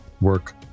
work